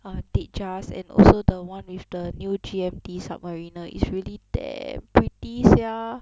err date just and also the one with the new G_M_T submariner is really damn pretty sia